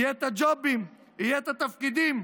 יהיו הג'ובים, יהיו התפקידים.